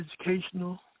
Educational